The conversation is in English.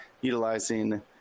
utilizing